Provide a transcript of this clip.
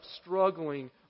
struggling